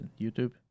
YouTube